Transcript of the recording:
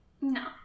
No